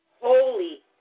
holy